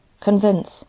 Convince